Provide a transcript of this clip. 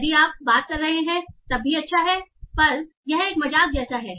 यदि आप बात कर रहे हैं तब भी अच्छा है पर यह एक मजाक जैसा है